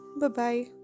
Bye-bye